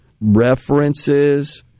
references